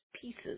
pieces